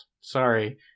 Sorry